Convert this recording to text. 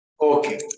Okay